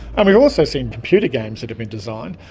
and we've also seen computer games that have been designed,